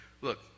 look